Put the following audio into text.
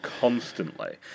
constantly